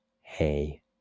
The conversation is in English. hey